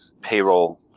payroll